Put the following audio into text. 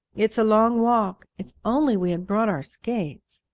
it's a long walk. if only we had brought our skates.